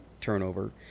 turnover